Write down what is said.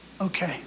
Okay